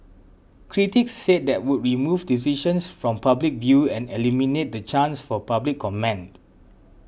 critics said that would remove decisions from public view and eliminate the chance for public comment